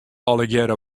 allegearre